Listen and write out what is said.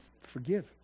Forgive